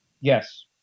Yes